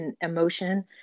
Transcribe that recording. emotion